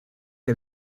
que